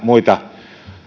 muita